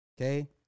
Okay